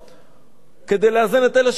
אתמול, אגב, שמענו אישיות